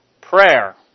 prayer